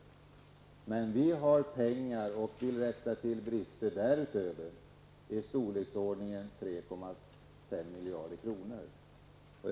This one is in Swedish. Därutöver finns det pengar till att avhjälpa brister i storleksordningen 3,5 miljarder kronor. Herr talman!